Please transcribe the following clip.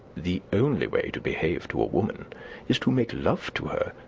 the only way to behave to a woman is to make love to her,